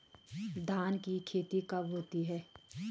धान की खेती कब होती है?